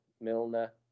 Milner